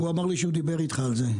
הוא אמר לי שהוא דיבר איתך על זה.